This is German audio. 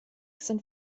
sind